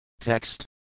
Text